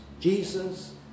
Jesus